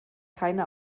keine